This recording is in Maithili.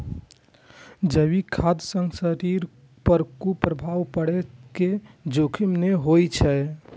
जैविक खाद्य सं शरीर पर कुप्रभाव पड़ै के जोखिम नै होइ छै